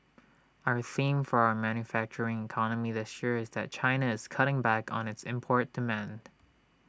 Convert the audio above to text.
our theme for our manufacturing economy this year is that China is cutting back on its import demand